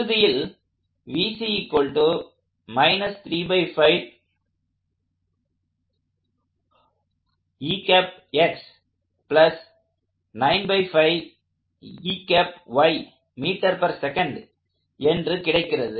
இறுதியில் என்று கிடைக்கிறது